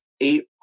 eight